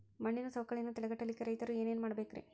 ಮಣ್ಣಿನ ಸವಕಳಿಯನ್ನ ತಡೆಗಟ್ಟಲಿಕ್ಕೆ ರೈತರು ಏನೇನು ಮಾಡಬೇಕರಿ?